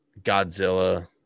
Godzilla